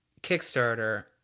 Kickstarter